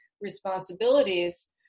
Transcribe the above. responsibilities